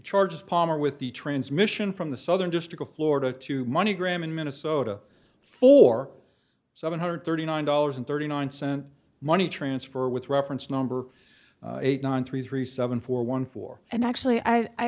charges palmer with the transmission from the southern district of florida to money gram in minnesota for seven hundred thirty nine dollars and thirty nine cent money transfer with reference number eight on three three seven four one four and actually i